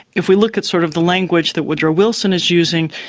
if we look at sort of the language that woodrow wilson is using,